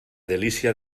delícia